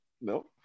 no